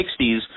1960s